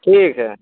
ठीक है